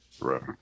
Right